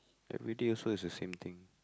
every day also is the same thing